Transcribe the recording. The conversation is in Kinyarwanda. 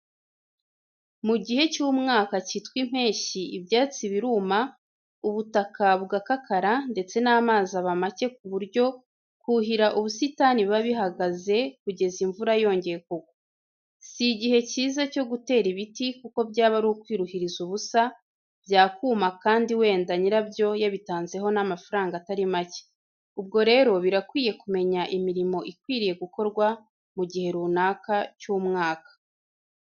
Mu gihe cy'umwaka cyitwa impeshyi, ibyatsi biruma, ubutaka bugakakara, ndetse n'amazi aba make ku buryo ibyo kuhira ubusitani biba bihagaze kugeza imvura yongeye kugwa. Si igihe cyiza cyo gutera ibiti kuko byaba ari ukwiruhiriza ubusa byakuma kandi wenda nyirabyo yabitanzeho n'amafaranga atari make. Ubwo rero birakwiye kumenya imirimo ikwiriye gukorwa mu gihe runaka cy'umwaka.